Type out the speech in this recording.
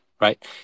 right